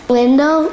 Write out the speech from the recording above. window